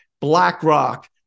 BlackRock